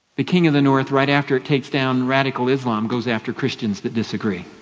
the king of the north, right after it takes down radical islam, goes after christians that disagree.